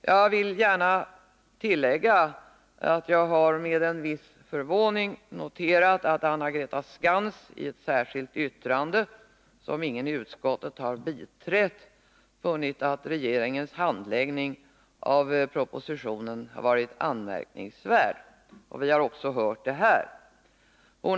Jag vill gärna tillägga att jag med en viss förvåning har noterat att Anna-Greta Skantz i ett särskilt yttrande, som ingen i utskottet har biträtt, har funnit att regeringens handläggning av frågan har varit anmärkningsvärd.